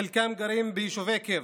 חלקם גרים ביישובי קבע,